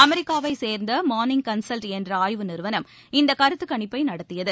அமெரிக்காவைச் சேர்ந்த Morning Consult என்ற ஆய்வு நிறுவனம் இந்த கருத்து கணிப்பை நடத்தியது